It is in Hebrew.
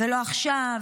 לא עכשיו,